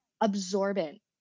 absorbent